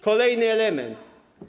Kolejny element.